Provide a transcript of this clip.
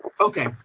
okay